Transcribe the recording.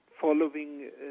following